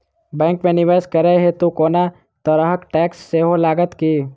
Bank मे निवेश करै हेतु कोनो तरहक टैक्स सेहो लागत की?